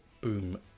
boom